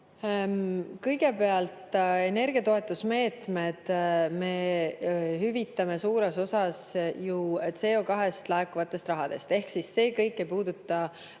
Kõigepealt, energiatoetusmeetmed me [katame] suures osas ju CO2-st laekuvatest rahadest. Ehk siis see kõik ei puuduta